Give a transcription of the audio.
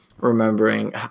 remembering